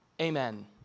Amen